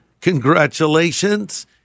congratulations